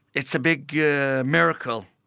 it's a big yeah miracle.